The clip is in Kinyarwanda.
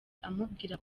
amubwira